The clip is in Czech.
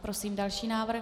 Prosím další návrh.